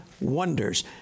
wonders